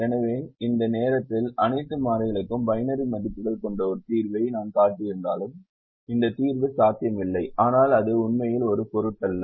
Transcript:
எனவே இந்த நேரத்தில் அனைத்து மாறிகளுக்கும் பைனரி மதிப்புகள் கொண்ட ஒரு தீர்வை நான் காட்டியிருந்தாலும் இந்த தீர்வு சாத்தியமில்லை ஆனால் அது உண்மையில் ஒரு பொருட்டல்ல